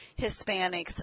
Hispanics